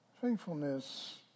Faithfulness